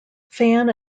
fan